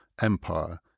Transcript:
empire